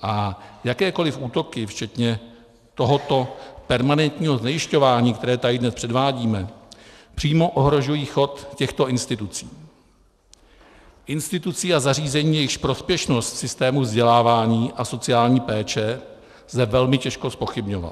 A jakékoli útoky včetně tohoto permanentního znejisťování, které tady dnes předvádíme, přímo ohrožují chod těchto institucí a zařízení, jejichž prospěšnost v systému vzdělávání a sociální péče lze velmi těžko zpochybňovat.